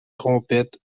trompettes